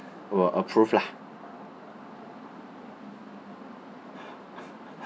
will approve lah